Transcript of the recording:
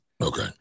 okay